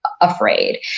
afraid